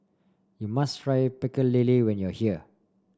you must try Pecel Lele when you are here